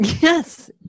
Yes